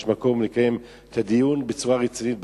מקום לקיים את הדיון בצורה רצינית בוועדה.